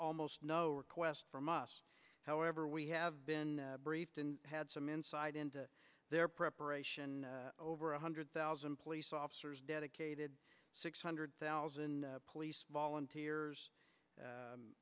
almost no request from us however we have been briefed and had some insight into their preparation over one hundred thousand police officers dedicated six hundred thousand police volunteers